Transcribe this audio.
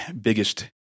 biggest